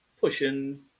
pushing